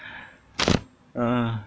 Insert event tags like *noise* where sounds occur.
*breath*